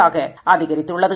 ஆகஅதிகரித்துள்ளது